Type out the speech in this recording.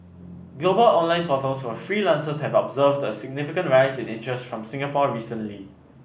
global online portals for freelancers have observed a significant rise in interest from Singapore recently